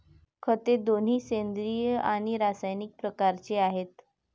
खते दोन्ही सेंद्रिय आणि रासायनिक प्रकारचे आहेत